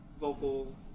vocal